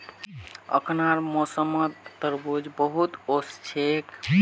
अखनार मौसमत तरबूज बहुत वोस छेक